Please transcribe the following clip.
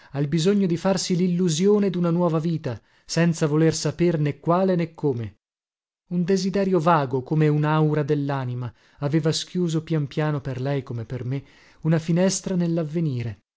al bisogno di farsi lillusione duna nuova vita senza voler sapere né quale né come un desiderio vago come unaura dellanima aveva schiuso pian piano per lei come per me una finestra